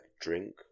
drink